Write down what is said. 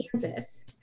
Kansas